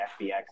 FBX